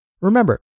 Remember